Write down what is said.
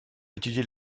étudier